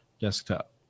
desktop